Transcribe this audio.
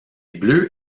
bleus